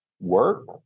work